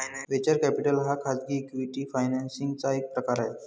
venture capital हा खाजगी equity financing चा एक प्रकार आहे